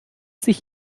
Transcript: sich